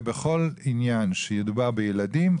ובכל עניין שמדובר בילדים,